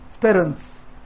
Parents